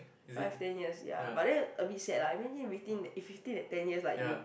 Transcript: five ten years ya but then a bit sad lah imagine within that if within that ten years like you